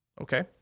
Okay